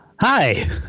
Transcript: Hi